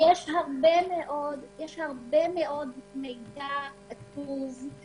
הרבה מאוד מידע כתוב,